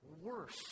worse